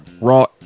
Raw